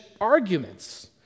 arguments